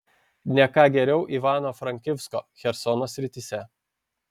ne ką geriau ivano frankivsko chersono srityse